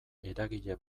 eragile